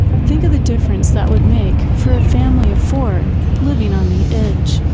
think of the difference that would make for a family of four living on the edge.